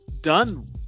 done